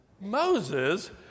Moses